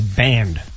banned